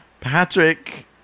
Patrick